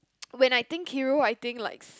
when I think hero I think like